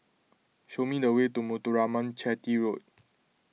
show me the way to Muthuraman Chetty Road